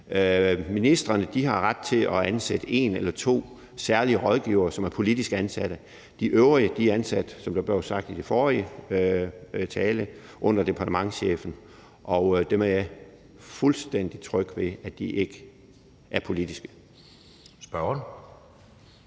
Ministrene har ret til at ansætte en eller to særlige rådgivere, som er politisk ansat. De øvrige er ansat – som det blev sagt i den forrige tale – under departementschefen, og jeg er fuldstændig tryg ved, at de ikke er politiske.